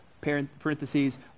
parentheses